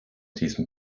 diesem